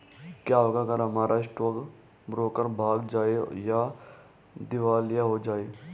क्या होगा अगर हमारा स्टॉक ब्रोकर भाग जाए या दिवालिया हो जाये?